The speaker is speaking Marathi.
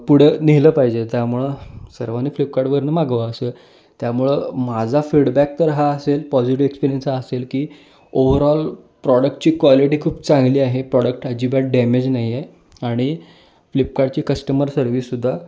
पुढं नेलं पाहिजे त्यामुळं सर्वांनी फ्लिपकार्टवरनं मागवा असं त्यामुळं माझा फीडबॅक तर हा असेल पॉझजिटिव एक्सपीरियन्स हा असेल की ओवर्हरऑल प्रॉडक्टची क्वाॉलिटी खूप चांगली आहे प्रॉडक्ट अजिबात डॅमेज नाही आहे आणि फ्लिपकार्टची कस्टमर सर्व्हिससुद्धा